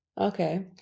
Okay